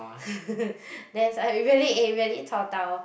then it's like really eh really chao da lor